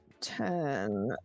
ten